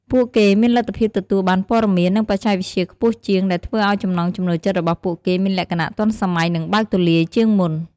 ពួកគេមានលទ្ធភាពទទួលបានព័ត៌មាន និងបច្ចេកវិទ្យាខ្ពស់ជាង ដែលធ្វើឲ្យចំណង់ចំណូលចិត្តរបស់ពួកគេមានលក្ខណៈទាន់សម័យ និងបើកទូលាយជាងមុន។